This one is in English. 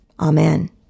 Amen